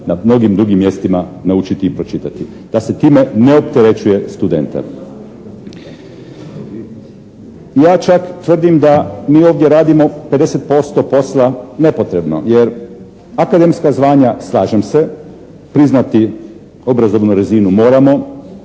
na mnogim drugim mjestima naučiti i pročitati. Da se time ne opterećuje studente. Ja čak tvrdim da mi ovdje radimo 50% posla nepotrebno jer akademska zvanja slažem se, priznati obrazovnu razinu moramo,